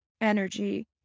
energy